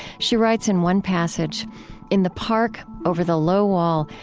she writes, in one passage in the park, over the low wall,